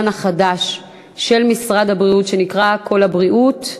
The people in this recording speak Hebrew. החדש של משרד הבריאות שנקרא "כל הבריאות",